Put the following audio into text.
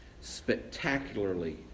Spectacularly